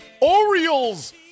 Orioles